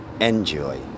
Enjoy